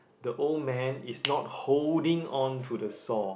the old man is not holding on to the saw